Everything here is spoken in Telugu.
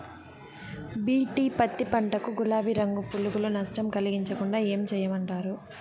బి.టి పత్తి పంట కు, గులాబీ రంగు పులుగులు నష్టం కలిగించకుండా ఏం చేయమంటారు?